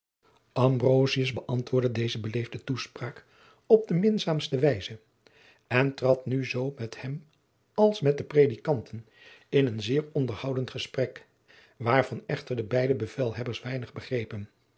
bëantwoordde deze beleefde toespraak op de minzaamste wijze en trad nu zoo met hem als met de predikanten in een zeer onderhoudend gesprek waarvan echter de beide bevelhebbers weinig begrepen